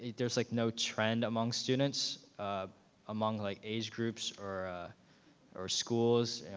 there's like, no trend among students among like age, groups, or ah or schools,